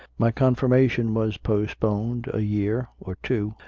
my confirmation was postponed a year or two,